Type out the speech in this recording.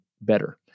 better